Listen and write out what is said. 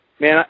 man